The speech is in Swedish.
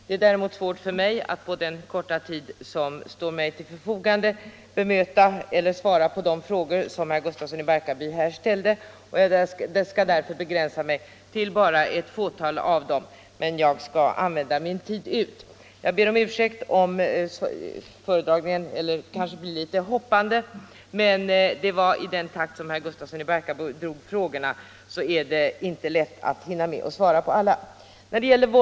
Det är svårt för mig att på den korta tid som står till förfogande hinna svara på de frågor som herr Gustafsson i Barkarby ställde. Jag skall därför begränsa mig till ett fåtal av dem, men jag skall använda min tid fullt ut. Jag ber om ursäkt om framställningen därför blir litet hoppande. Det beror på den takt med vilken herr Gustafsson drog frågorna. Det är inte lätt att hinna med att svara på alla.